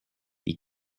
die